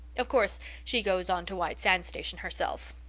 of course she goes on to white sands station herself.